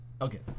Okay